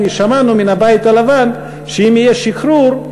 כי שמענו מהבית הלבן שאם יהיה שחרור,